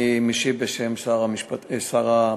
אני משיב בשם שר הפנים.